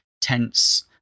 tense